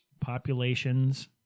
populations